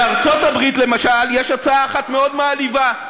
בארצות-הברית, למשל, יש הצעה אחת מאוד מעליבה.